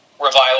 revival